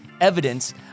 evidence